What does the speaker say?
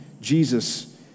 Jesus